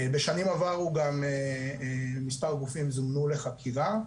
בשנים עברו גם מספר גופים זומנו לחקירה,